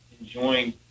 enjoying